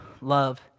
love